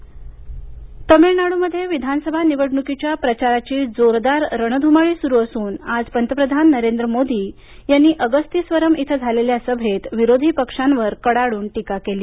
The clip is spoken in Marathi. तमिळनाड् तमिळनाडूमध्ये विधानसभा निवडणूकीच्या प्रचाराची जोरदार रणधुमाळी सुरू असून आज पंतप्रधान नरेंद्र मोदी यांनी अगस्ती स्वरम इथं झालेल्या सभेत विरोधी पक्षांवर कडाडून टीका केली